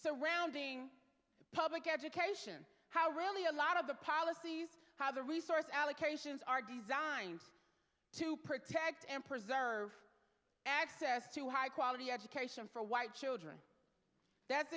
surrounding public education how really a lot of the policies how the resource allocations are designed to protect and preserve access to high quality education for white children that's